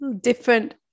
different